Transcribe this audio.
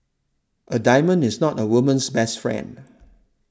a diamond is not a woman's best friend